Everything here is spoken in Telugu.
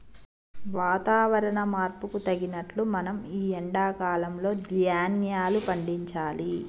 వాతవరణ మార్పుకు తగినట్లు మనం ఈ ఎండా కాలం లో ధ్యాన్యాలు పండించాలి